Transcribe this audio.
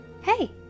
Hey